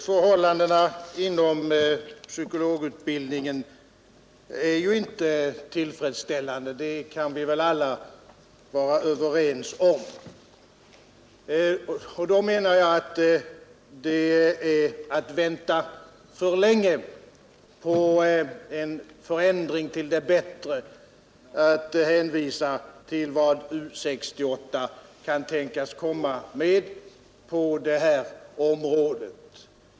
Herr talman! Vi kan väl alla vara överens om att förhållandena inom psykologutbildningen inte är tillfredsställande. Enligt min mening skulle man få vänta för länge, om man avvaktade en förändring till det bättre till följd av de förslag U 68 kunde tänkas komma att framlägga på detta område.